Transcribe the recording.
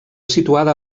situada